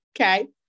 okay